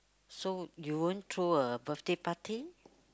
so you won't throw a birthday party